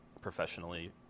professionally